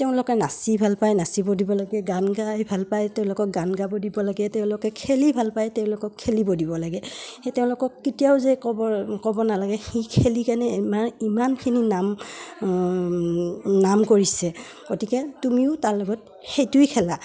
তেওঁলোকে নাচি ভাল পায় নাচিব দিব লাগে গান গাই ভাল পায় তেওঁলোকক গান গাব দিব লাগে তেওঁলোকে খেলি ভাল পায় তেওঁলোকক খেলিব দিব লাগে সেই তেওঁলোকক কেতিয়াও যে ক'ব ক'ব নালাগে সি খেলি কেনে ইমান ইমানখিনি নাম নাম কৰিছে গতিকে তুমিও তাৰ লগত সেইটোৱেই খেলা